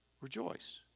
rejoice